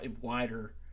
wider